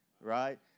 Right